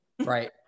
Right